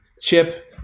Chip